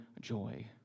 joy